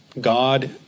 God